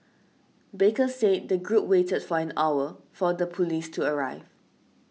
baker said the group waited for an hour for the police to arrive